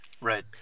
Right